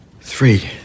Three